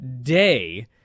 day